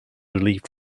relieved